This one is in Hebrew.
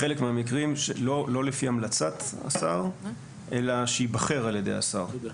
בחלק מהמקרים לא לפי המלצת השר אלא שייבחר על ידי השר.